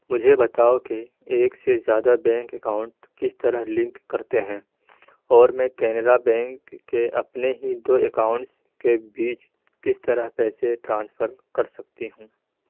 مجھے بتاؤ کہ ایک سے زیادہ بینک اکاؤنٹ کس طرح لنک کرتے ہیں اور میں کینرا بینک کے اپنے ہی دو اکاؤنٹس کے بیچ کس طرح پیسے ٹرانسفر کر سکتی ہوں